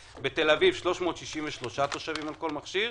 בתל אביב 363,000 תושבים על כל מכשיר,